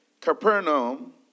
Capernaum